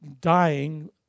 dying